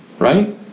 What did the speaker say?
Right